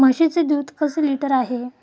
म्हशीचे दूध कसे लिटर आहे?